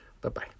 Bye-bye